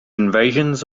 invasions